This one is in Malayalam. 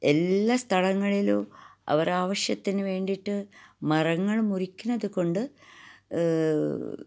എല്ലാ സ്ഥലങ്ങളിലും അവർ ആവശ്യത്തിന് വേണ്ടിട്ട് മരങ്ങൾ മുറിക്കുന്നത് കൊണ്ട്